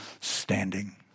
standing